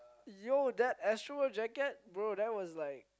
yo that Astroworld jacket bro that was like